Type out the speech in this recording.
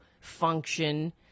function